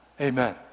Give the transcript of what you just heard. amen